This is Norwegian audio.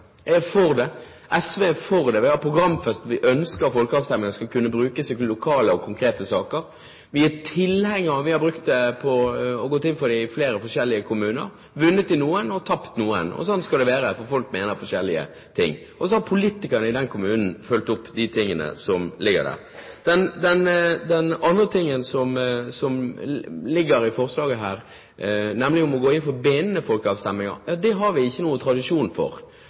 Jeg er for det. SV er for det, vi har programfestet at vi ønsker at folkeavstemninger skal kunne brukes i lokale og konkrete saker. Vi er tilhengere av det, og vi har gått inn for det og brukt det i flere forskjellige kommuner – vunnet i noen og tapt i noen, og sånn skal det være, for folk mener forskjellige ting. Så har politikerne i den kommunen fulgt opp de tingene som ligger der. Det andre som ligger i forslaget her, å gå inn for bindende folkeavstemninger, det har vi ikke noen tradisjon for.